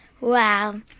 Wow